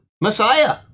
Messiah